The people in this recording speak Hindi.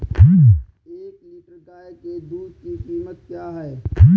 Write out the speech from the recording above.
एक लीटर गाय के दूध की कीमत क्या है?